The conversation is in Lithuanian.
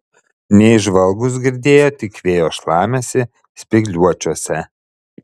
neįžvalgūs girdėjo tik vėjo šlamesį spygliuočiuose